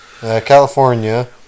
California